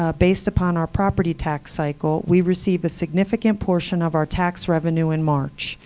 ah based upon our property tax cycle, we receive a significant portion of our tax revenue in march.